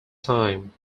time